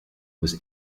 was